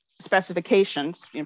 specifications